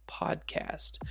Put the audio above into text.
podcast